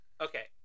Okay